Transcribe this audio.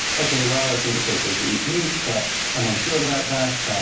okay, well, i think it's okay to eat meat, but i'm unsure about that.